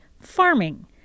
farming